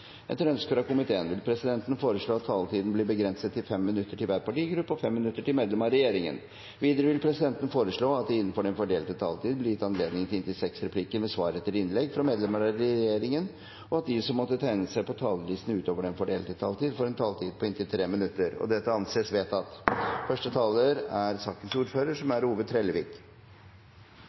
Etter ønske fra næringskomiteen vil presidenten foreslå at taletiden blir begrenset til 5 minutter til hver partigruppe og 5 minutter til medlemmer av regjeringen. Videre vil presidenten foreslå at det – innenfor den fordelte taletid – blir gitt anledning til inntil seks replikker med svar etter innlegg fra medlemmer av regjeringen, og at de som måtte tegne seg på talerlisten utover den fordelte taletid, får en taletid på inntil 3 minutter. – Det anses vedtatt. Det er